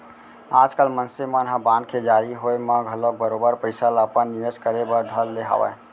आजकाल मनसे मन ह बांड के जारी होय म घलौक बरोबर पइसा ल अपन निवेस करे बर धर ले हवय